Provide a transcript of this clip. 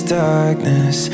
darkness